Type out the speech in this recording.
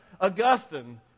Augustine